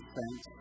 thanks